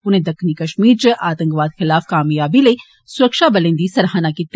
उनें दक्खनी कष्मीर च आतंकवाद खलाफ कामयाबी लेई सुरक्षाबलें दी सराह्ना कीती